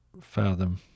fathom